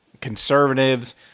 conservatives